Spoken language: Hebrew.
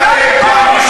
מה זה קשור?